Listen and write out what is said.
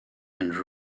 and